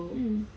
hmm